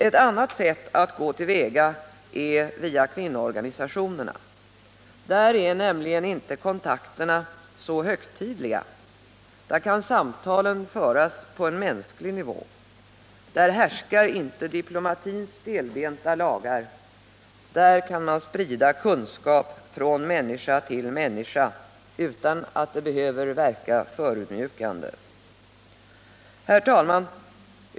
Ett annat sätt att gå till väga är via kvinnoorganisationerna. Där är nämligen inte kontakterna så högtidliga. Där kan samtalen föras på en mänsklig nivå. Där härskar inte diplomatins stelbenta lagar. Där kan man sprida kunskap från människa till människa utan att det behöver verka förödmjukande. Herr talman!